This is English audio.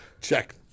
check